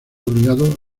obligado